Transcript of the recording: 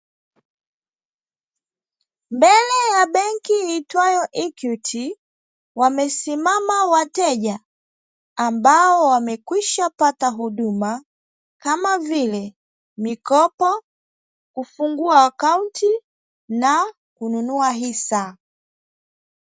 Mbele ya benki iitwayo 'EQUITY' wamesimama wateja ambao wamekwishapata huduma kama vile mikopo, kufungua akaunti na kununua hisa.